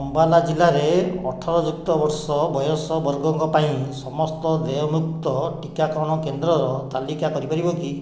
ଅମ୍ବାଲା ଜିଲ୍ଲାରେ ଅଠର ଯୁକ୍ତ ବର୍ଷ ବୟସ ବର୍ଗଙ୍କ ପାଇଁ ସମସ୍ତ ଦେୟମୁକ୍ତ ଟିକାକରଣ କେନ୍ଦ୍ରର ତାଲିକା କରିପାରିବ କି